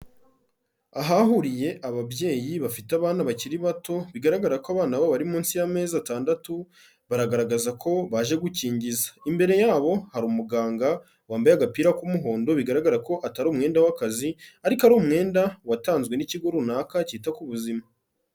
Ahahuriye ababyeyi bafite abana bakiri bato, bigaragara ko abana babo bari munsi y'amezi atandatu, bagaragaza ko baje gukingiza, imbere yabo hari umuganga wambaye agapira k'umuhondo bigaragara ko atari umwenda w'akazi ariko ari umwenda watanzwe n'ikigo runaka cyita ku buzima.